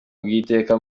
bw’iteka